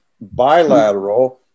bilateral